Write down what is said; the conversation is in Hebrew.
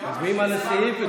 מצביעים על הסעיף,